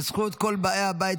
בזכות אביר.